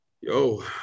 Yo